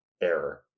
Error